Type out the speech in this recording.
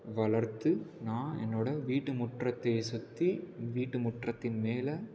வளர்த்து நான் என்னோட வீட்டு முற்றத்தை சுற்றி வீட்டு முற்றத்தின் மேலே